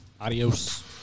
Adios